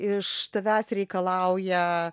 iš tavęs reikalauja